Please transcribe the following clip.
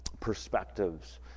perspectives